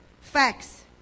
Facts